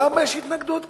למה יש התנגדות כזאת?